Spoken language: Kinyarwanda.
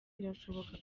birashoboka